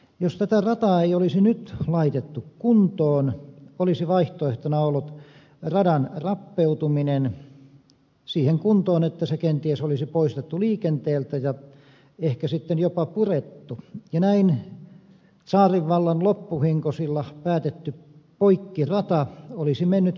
jos tätä rataa ei olisi nyt laitettu kuntoon olisi vaihtoehtona ollut radan rappeutuminen siihen kuntoon että se kenties olisi poistettu liikenteestä ja ehkä sitten jopa purettu ja näin tsaarinvallan loppuhenkosilla päätetty poikkirata olisi mennyt poikki